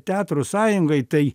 teatro sąjungai tai